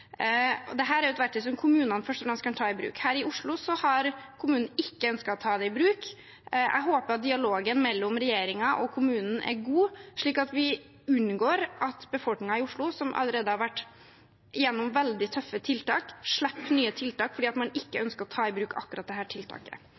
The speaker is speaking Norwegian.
er et verktøy som kommunene først og fremst kan ta i bruk. Her i Oslo har kommunen ikke ønsket å ta det i bruk. Jeg håper dialogen mellom regjeringen og kommunen er god, slik at vi unngår at befolkningen i Oslo, som allerede har vært gjennom veldig tøffe tiltak, slipper nye tiltak fordi man ikke